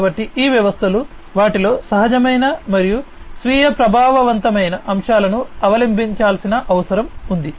కాబట్టి ఈ వ్యవస్థలు వాటిలో సహజమైన మరియు స్వీయ ప్రభావవంతమైన అంశాలను అవలంబించాల్సిన అవసరం ఉంది